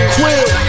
Quill